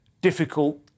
difficult